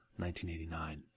1989